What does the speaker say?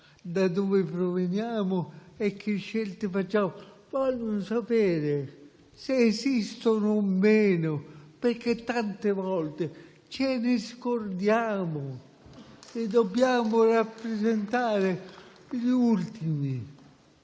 da dove proveniamo e quali scelte facciamo; vogliono sapere se esistono o meno, perché tante volte ce ne scordiamo che dobbiamo rappresentare gli ultimi.